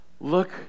look